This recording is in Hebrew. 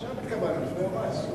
עכשיו התקבלנו, לפני יומיים.